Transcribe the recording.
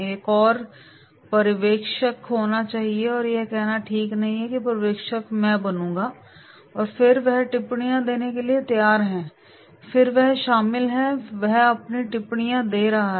एक को एक पर्यवेक्षक होना चाहिए और एक कहना ठीक है कि मैं पर्यवेक्षक बनूंगा और फिर वह टिप्पणियां देने के लिए तैयार है और फिर वह शामिल है वह अपनी टिप्पणियां दे रहा है